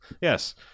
yes